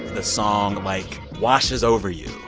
the song, like, washes over you